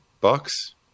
Bucks